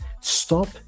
Stop